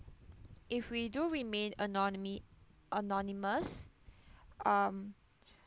if we do remain anonymi~ anonymous um